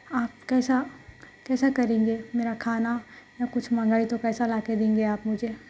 آپ کیسا کیسا کریں گے میرا کھانا یا کچھ منگائی تو کیسا لا کے دیں گے آپ مجھے